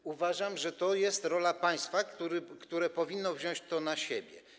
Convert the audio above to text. A uważam, że to jest rola państwa, które powinno wziąć to na siebie.